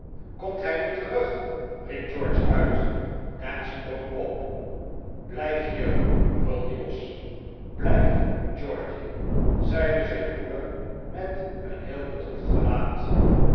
komt hij niet terug riep george uit en sprong op blijf hier brulde jos blijf georgy zeide zijn moeder met een heel bedroefd gelaat